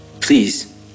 please